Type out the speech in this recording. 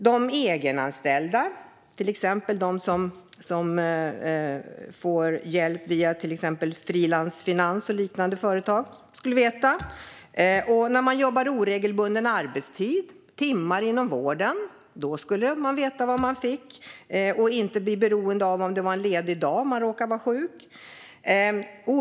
De egenanställda, till exempel de som får hjälp via Frilans Finans och liknande företag, skulle veta. De som har oregelbunden arbetstid och till exempel jobbar timmar inom vården skulle veta vad de fick, och det skulle inte vara beroende av om man råkar vara sjuk en ledig dag.